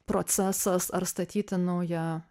procesas ar statyti naują